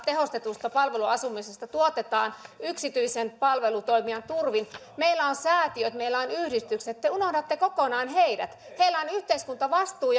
tehostetusta palveluasumisesta tuotetaan yksityisen palvelutoimijan turvin meillä on säätiöt meillä on yhdistykset te unohdatte kokonaan heidät heillä on yhteiskuntavastuu